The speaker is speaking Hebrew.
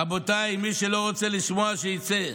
רבותיי, מי שלא רוצה לשמוע, שיצא.